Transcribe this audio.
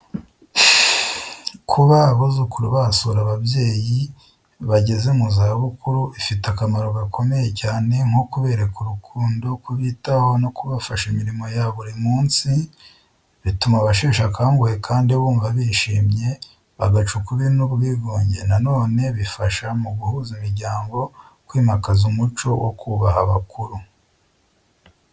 Kuba abuzukuru basura ababyeyi bageze mu zabukuru bifite akamaro gakomeye cyane nko kubereka urukundo, kubitaho no kubafasha imirimo ya buri munsi. Bituma abasheshe akanguhe kandi bumva bishimye, bagaca ukubiri n’ubwigunge. Na none bifasha mu guhuza imiryango, kwimakaza umuco wo kubaha abakuru.